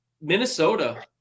Minnesota